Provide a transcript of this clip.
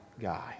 guy